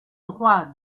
droit